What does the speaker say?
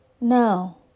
No